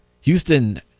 Houston